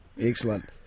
excellent